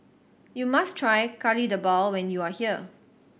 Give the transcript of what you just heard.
you must try Kari Debal when you are here